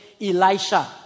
Elisha